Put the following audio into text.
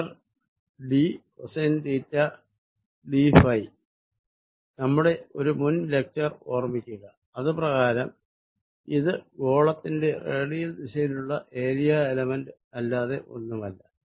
d cosine തീറ്റd നമ്മുടെ ഒരു മുൻ ലെക്ച്ചർ ഓർമ്മിക്കുക അത് പ്രകാരം ഇത് ഗോളത്തിന്റെ റേഡിയൽ ദിശയിലുള്ള ഏരിയ എലമെന്റ് അല്ലാതെ ഒന്നുമല്ല